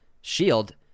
shield